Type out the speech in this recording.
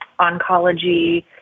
oncology